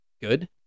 good